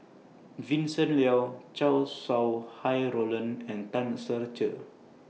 Vincent Leow Chow Sau Hai Roland and Tan Ser Cher